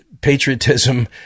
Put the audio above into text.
patriotism